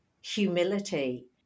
humility